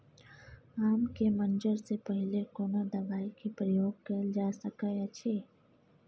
आम के मंजर से पहिले कोनो दवाई के प्रयोग कैल जा सकय अछि?